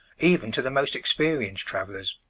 even to the most experienced travellers.